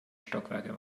stockwerke